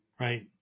Right